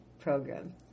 program